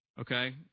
okay